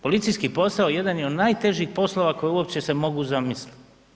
Policijski posao jedan je od najtežih poslova koji uopće se mogu zamisliti.